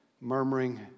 murmuring